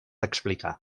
explicar